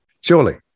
surely